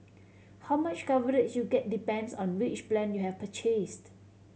how much coverage you get depends on which plan you have purchased